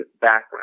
background